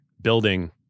building